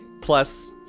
plus